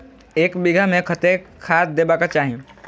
एक बिघा में कतेक खाघ देबाक चाही?